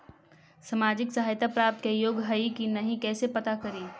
सामाजिक सहायता प्राप्त के योग्य हई कि नहीं कैसे पता करी?